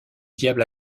diable